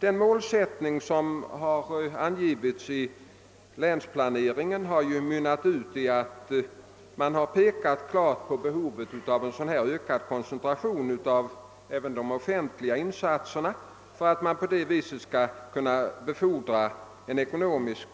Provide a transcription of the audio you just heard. Den målsättning som angivits i länsplaneringen har mynnat ut i behovet av en ökad koncentration av även de offentliga insatserna för att man på det sättet skall kunna befordra en ekonomisk